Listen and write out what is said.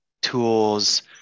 tools